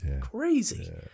crazy